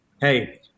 hey –